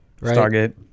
Stargate